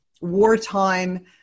wartime